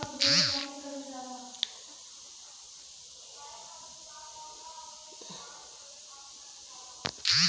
प्रधान मंत्री जन धन योजना भारत सरकार द्वारा अठाईस अगस्त दुई हजार चौदह के लागू किहल गयल हौ